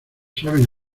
saben